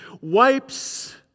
wipes